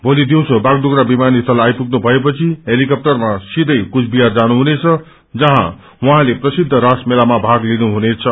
भोलि दिउँसो बायडुप्रा दिमान स्थल आइपुग्नु भएपछि हेलिकप्टरमा सीवै कूचबिहार जानुहुनेछ जहाँ उहाँले प्रसिद्ध रास मेलामा भाग लिनु हुनेछ